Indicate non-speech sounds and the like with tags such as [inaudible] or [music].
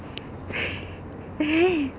[noise] !hey!